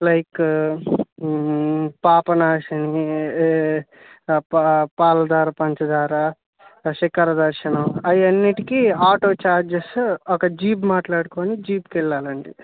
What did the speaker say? like Papanasanam Paladhara Panchadhara వశీకర దర్శనం అవన్నిటికీ ఆటో చార్జెస్ ఒక జీప్ మాట్లాడుకుని జీప్కి వెళ్ళాలండి